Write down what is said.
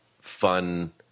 fun